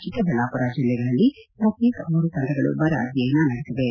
ಚಿಕ್ಕಬಳ್ಳಾಪುರ ಜಿಲ್ಲೆಗಳಲ್ಲಿ ಪ್ರಕ್ಶೇಕ ಮೂರು ತಂಡಗಳು ಬರ ಅಧ್ಯಯನ ನಡೆಸಿವೆ